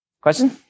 question